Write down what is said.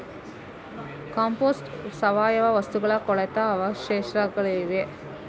compost ಸಾವಯವ ವಸ್ತುಗಳ ಕೊಳೆತ ಅವಶೇಷಗಳಾಗಿವೆ